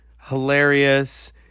Hilarious